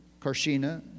Karshina